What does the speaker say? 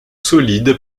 solide